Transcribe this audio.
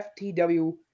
FTW